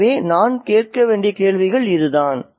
எனவே நாம் கேட்க வேண்டிய கேள்விகள் இதுதான்